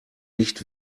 nicht